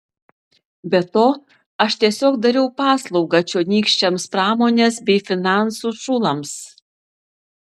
be to aš tiesiog dariau paslaugą čionykščiams pramonės bei finansų šulams